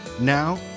Now